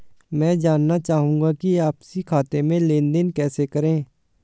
मैं जानना चाहूँगा कि आपसी खाते में लेनदेन कैसे करें?